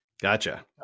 Gotcha